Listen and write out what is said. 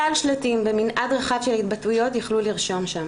שלל שלטים במנעד רחב של התבטאויות יכלו לרשום שם